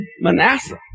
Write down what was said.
Manasseh